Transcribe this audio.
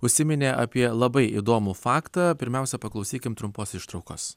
užsiminė apie labai įdomų faktą pirmiausia paklausykim trumpos ištraukos